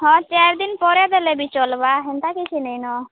ହଁ ଚାର୍ ଦିନ୍ ପରେ ଦେଲେ ବି ଚଲ୍ବା ହେନ୍ତା କିଛି ନାଇନ